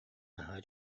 наһаа